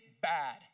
bad